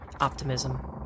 optimism